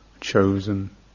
chosen